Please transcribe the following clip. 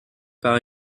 par